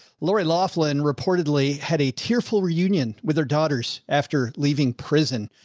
lori loughlin reportedly had a tearful reunion with her daughters after leaving prison.